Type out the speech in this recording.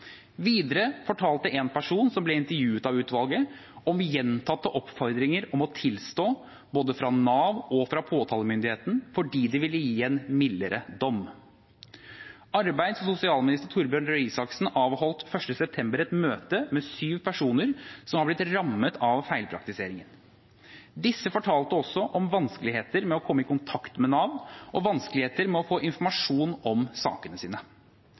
Videre fortalte en person som ble intervjuet av utvalget, om gjentatte oppfordringer om å tilstå, både fra Nav og fra påtalemyndigheten, fordi det ville gi en mildere dom. Arbeids- og sosialminister Torbjørn Røe Isaksen avholdt 1. september et møte med syv personer som har blitt rammet av feilpraktiseringen. Disse fortalte også om vanskeligheter med å komme i kontakt med Nav og vanskeligheter med å få informasjon om sakene sine.